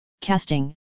casting